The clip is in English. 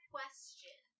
Question